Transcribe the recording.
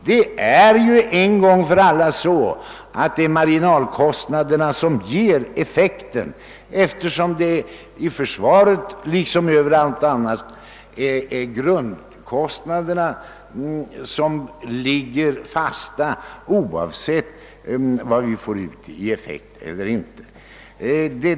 Det är en gång för alla marginalkostnaden som ger effekten, eftersom grundkostnaderna i försvaret liksom överallt annars ligger fasta oavsett vilken effekt man får ut.